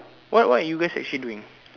what what you guys actually doing